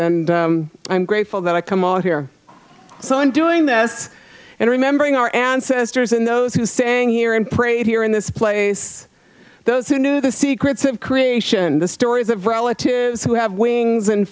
and i'm grateful that i come on here so in doing this and remembering our ancestors and those who sang here and prayed here in this place those who knew the secrets of creation the stories of relatives who have wings and